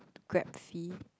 Grab fee